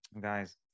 guys